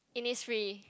Innisfree